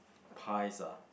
pies ah